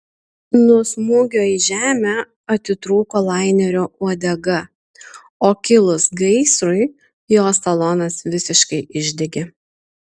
nuo smūgio į žemę atitrūko lainerio uodega o kilus gaisrui jo salonas visiškai išdegė